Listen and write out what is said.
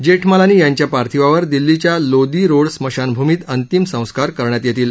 जेठमलानी यांच्या पार्थिवावर दिल्लीच्या लोदी रोड स्मशानभूमीत अंतिम संस्कार करण्यात येतील